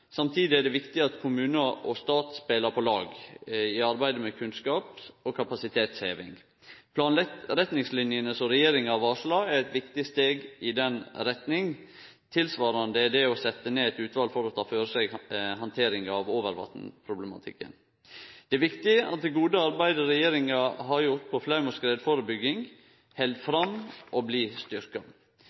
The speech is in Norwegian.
Samtidig er det viktig at kommunar og stat speler på lag i arbeidet med kunnskaps- og kapasitetshevinga. Planretningslinjene som regjeringa har varsla, er eit viktig steg i den retninga. Tilsvarande er det å setje ned eit utval for å ta føre seg handteringa av overvatnsproblematikken. Det er viktig at det gode arbeidet regjeringa har gjort innanfor flaum- og skredførebygging, held fram og